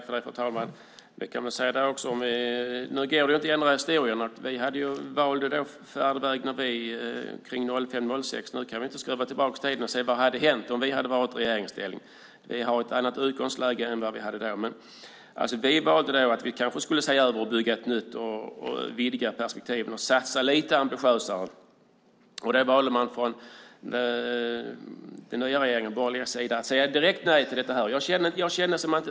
Fru talman! Nu går det inte att ändra historien. Vi valde färdväg kring 2005-2006. Nu kan vi inte vrida tillbaka tiden och se vad som hade hänt om vi hade varit i regeringsställning. Vi har ett annat utgångsläge än vad vi hade då. Men vi valde då att vi kanske skulle se över detta och bygga nytt och vidga perspektiven och satsa lite ambitiösare. Den nya regeringen, den borgerliga sidan, valde direkt att säga nej till detta.